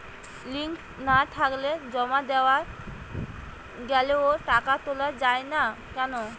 Link না থাকলে জমা দেওয়া গেলেও টাকা তোলা য়ায় না কেন?